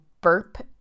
burp